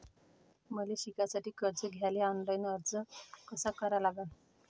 मले शिकासाठी कर्ज घ्याले ऑनलाईन अर्ज कसा भरा लागन?